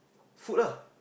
food ah